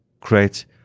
create